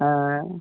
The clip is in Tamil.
ஆ ஆ